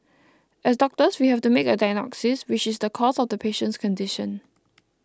as doctors we have to make a diagnosis which is the cause of the patient's condition